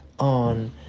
On